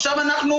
אליהם.